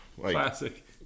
Classic